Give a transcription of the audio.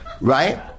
right